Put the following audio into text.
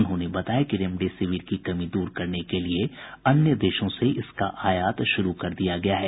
उन्होंने बताया कि रेमडेसिविर की कमी दूर करने के लिए अन्य देशों से भी इसका आयात शुरू कर दिया है